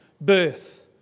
birth